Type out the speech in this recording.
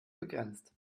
begrenzt